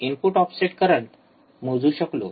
आपण input bias current मोजू शकलो